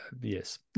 Yes